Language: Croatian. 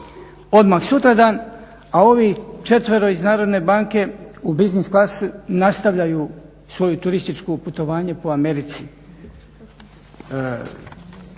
odmah sutradan a ovi četvero iz Narodne banke u biznis klasi nastavljaju svoje turističko putovanje po Americi.